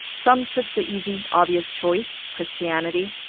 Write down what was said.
some took the easy, obvious choice christianity.